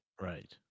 Right